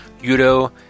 Yudo